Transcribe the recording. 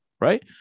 right